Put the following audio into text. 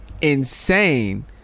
insane